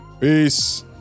Peace